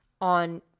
on